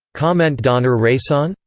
comment donner raison?